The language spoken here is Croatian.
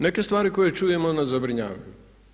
Neke stvari koje čujemo nas zabrinjavaju.